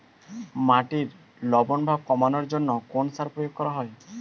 মাটির লবণ ভাব কমানোর জন্য কোন সার প্রয়োগ করা হয়?